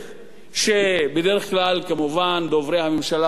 שבדרך כלל כמובן דוברי הממשלה אומרים: מה,